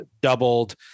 doubled